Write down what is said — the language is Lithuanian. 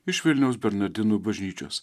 iš vilniaus bernardinų bažnyčios